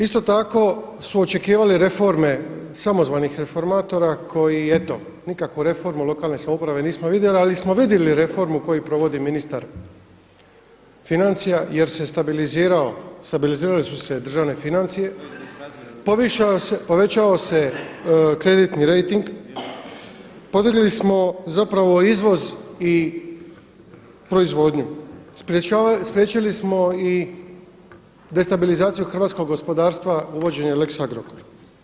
Isto tako su očekivali reforme samozvanih reformatora koji eto nikakvu reformu lokalne samouprave nismo vidjeli ali smo vidjeli reformu koju provodi ministar financija jer se stabilizirao, stabilizirale su državne financije, povećao se kreditni rejting, podigli smo zapravo izvoz i proizvodnju, spriječili smo i destabilizaciju hrvatskog gospodarstava uvođenjem lex Agrokor.